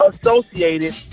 associated